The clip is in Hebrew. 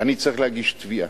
אני צריך להגיש תביעה.